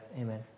Amen